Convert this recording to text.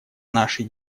нашей